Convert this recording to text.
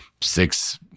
six